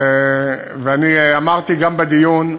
אני אמרתי גם בדיון,